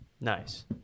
Nice